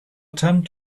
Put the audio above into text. tent